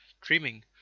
dreaming